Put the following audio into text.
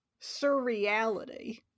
surreality